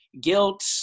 guilt